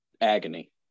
agony